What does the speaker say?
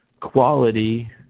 quality